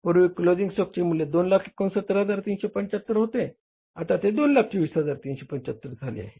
पूर्वी क्लोजिंग स्टॉकचे मूल्य 269375 होते आता ते 224375 झाले आहे